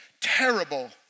terrible